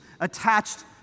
attached